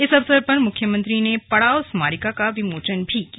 इस अवसर पर मुख्यमंत्री ने पड़ाव स्मारिका का विमोचन भी किया